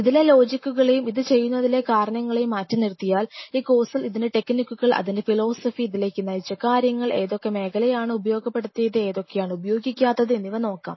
ഇതിലെ ലോജികുക്കളെയും ഇത് ചെയ്യുന്നതിലെ കാരണങ്ങളെയും മാറ്റിനിർത്തിയാൽ ഈ കോഴ്സിൽ ഇതിൻറെ ടെക്നിക്കുകൾ അതിൻറെ ഫിലോസഫി ഇതിലേക്ക് നയിച്ച കാര്യങ്ങൾ ഏതൊക്കെ മേഖലയാണ് ആണ് ഉപയോഗപ്പെടുത്തിയത് ഏതൊക്കെയാണ് ഉപയോഗിക്കാത്തത് എന്നിവ നോക്കാം